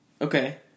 Okay